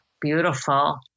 beautiful